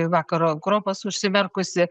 vakaro kruopas užsimerkusi